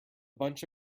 bunch